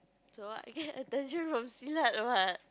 so I get attention from Silat what